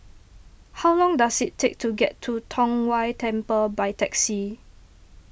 how long does it take to get to Tong Whye Temple by taxi